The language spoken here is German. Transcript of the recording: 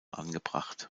angebracht